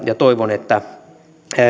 ja toivon että